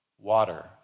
water